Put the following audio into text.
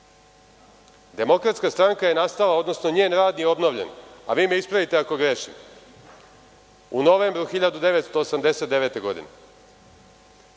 Demokratska stranka je nastala, odnosno njen rad je obnovljen, vi me ispravite ako grešim, u novembru 1989. godine.